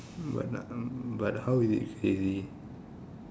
but um but how is it crazy